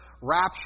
rapture